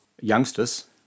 youngsters